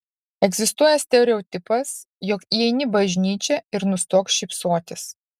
egzistuoja stereotipas jog įeini bažnyčią ir nustok šypsotis